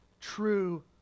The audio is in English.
true